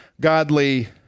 godly